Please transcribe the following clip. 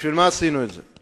בשביל מה עשינו את זה?